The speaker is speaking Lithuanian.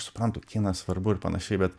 suprantu kinas svarbu ir panašiai bet